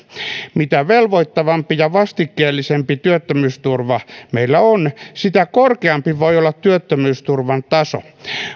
mitä velvoittavampi ja vastikkeellisempi työttömyysturva meillä on sitä korkeampi voi olla työttömyysturvan taso